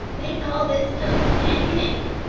they call this stuff kinnekinnik,